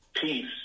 peace